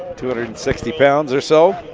two hundred and sixty pounds or so.